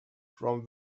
from